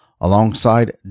Alongside